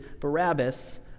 Barabbas